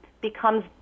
becomes